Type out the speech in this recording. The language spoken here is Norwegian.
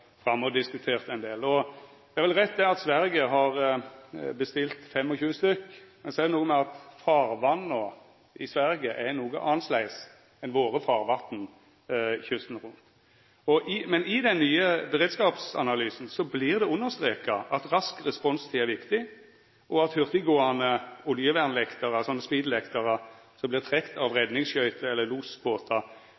vel rett at Sverige har bestilt 25 stykke, men så er det noko med at farvatna i Sverige er noko annleis enn våre farvatn kysten rundt. Men i den nye beredskapsanalysen vert det understreka at rask responstid er viktig, og at hurtiggåande oljevernlekterar – speedlekterar – som vert trekte av